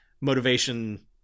motivation